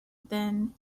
then